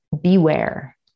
Beware